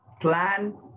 plan